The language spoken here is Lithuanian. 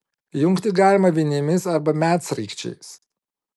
jungti galima vinimis arba medsraigčiais